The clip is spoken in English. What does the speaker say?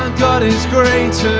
god is greater.